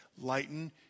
lighten